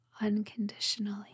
unconditionally